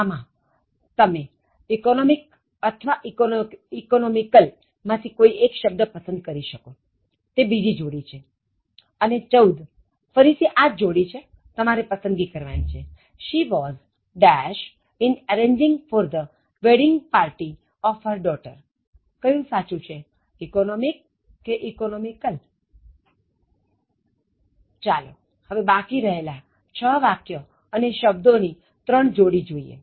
આમાં તમે economic અથવા economical માં થી કોઈ શબ્દ પસંદ કરી શકો તે બીજી જોડી છે અને ચૌદફરીથી આ જ જોડી તમારે પસંદગી કરવાની છે She was in arranging for the wedding party of her daughter કયુ સાચું છે economic કે economical ચાલો હવે બાકી રહેલા છ વાક્ય અને શબ્દો ની ત્રણ જોડી જોઈએ